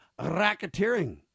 racketeering